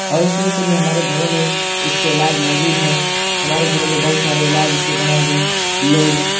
اور اس طرح سے بھی ہمارے گھروں میں اس کے علاج موجود ہیں ہمارے گھروں میں بہت سارے علاج اس کے بنائے گئے لوگ